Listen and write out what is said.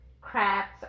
crafts